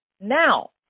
Now